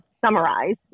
summarize